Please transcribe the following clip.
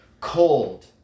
Cold